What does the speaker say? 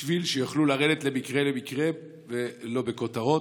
בשביל שיוכלו לרדת מקרה-מקרה, ולא בכותרות.